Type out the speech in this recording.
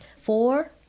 Four